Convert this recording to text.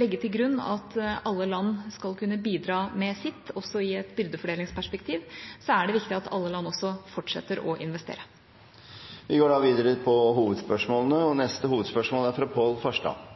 legge til grunn at alle land skal kunne bidra med sitt også i et byrdefordelingsperspektiv, er det viktig at alle land også fortsetter å investere. Vi går videre til neste hovedspørsmål, fra Pål Farstad